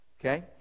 Okay